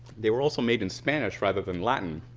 they were also made in spanish rather than latin,